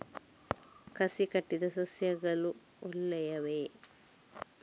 ಕಸಿ ಕಟ್ಟಿದ ಸಸ್ಯಗಳು ಒಳ್ಳೆಯವೇ?